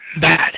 bad